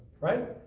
right